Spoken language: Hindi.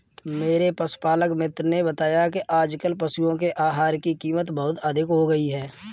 मेरे पशुपालक मित्र ने बताया कि आजकल पशुओं के आहार की कीमत बहुत अधिक हो गई है